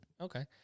Okay